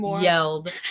yelled